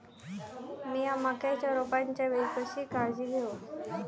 मीया मक्याच्या रोपाच्या वेळी कशी काळजी घेव?